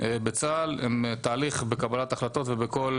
בצה"ל הן תהליך בקבלת ההחלטות ובכל